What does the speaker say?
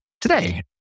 today